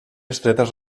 estretes